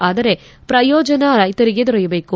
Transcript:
ಆದರೆ ಪ್ರಯೋಜನ ರೈತರಿಗೆ ದೊರೆಯಬೇಕು